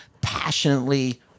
passionately